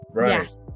Yes